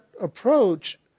approach